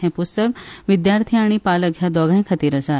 हे पुस्तक विद्यार्थी आनी पालक ह्या दोगाय खातीर आसा